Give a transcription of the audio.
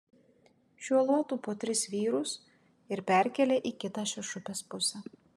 šiuo luotu po tris vyrus ir perkelia į kitą šešupės pusę